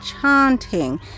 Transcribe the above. chanting